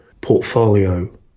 portfolio